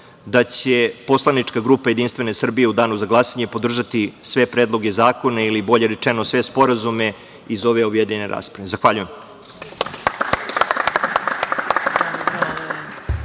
da će poslanička grupa JS u danu za glasanje podržati sve predloge zakona ili bolje rečeno sve sporazume iz ove objedinjene rasprave. Zahvaljujem.